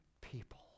people